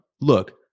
Look